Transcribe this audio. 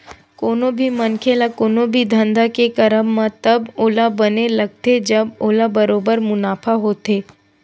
कोनो भी मनखे ल कोनो भी धंधा के करब म तब ओला बने लगथे जब ओला बरोबर मुनाफा होथे